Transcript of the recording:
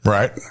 Right